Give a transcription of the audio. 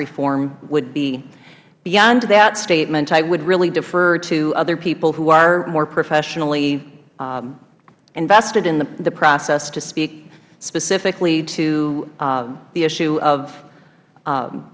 reform would be beyond that statement i would really defer to other people who are more professionally invested in the process to speak specifically to the issue of